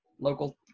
local